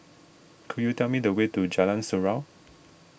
could you tell me the way to Jalan Surau